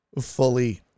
fully